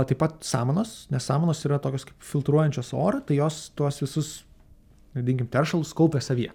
taip pat samanos nes samanos yra tokios kaip filtruojančios orą tai jos tuos visus vadinkim teršalus kaupia savyje